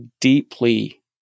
deeply